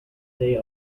they